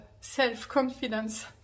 self-confidence